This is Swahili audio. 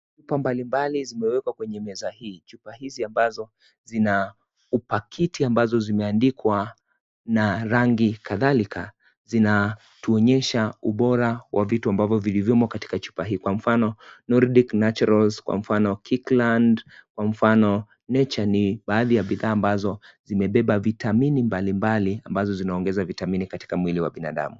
Chupa mbalimbali zimewekwa kwenye meza hii, chupa hizi ambazo zinaupakiti ambazo zimeandikwa na rangi kadhalika zinatuonyesha ubora wa vitu ambavyo vilivyomo katika chupa hii kwa mfano Nordic Natural , kwa mfano KirkLand , kwa mfano Nature need baadhi ya bidhaa ambazo zimebeba vitamini mbalimbali ambazo zinaongeza vitamini katika mwili wa binadamu.